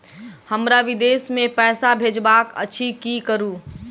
हमरा विदेश मे पैसा भेजबाक अछि की करू?